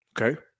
Okay